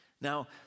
Now